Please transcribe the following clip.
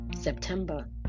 september